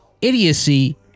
idiocy